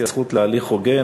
הזכות להליך הוגן,